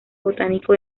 botánico